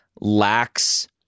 lacks